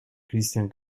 cristián